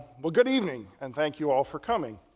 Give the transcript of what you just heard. well good evening and thank you all for coming.